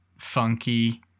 funky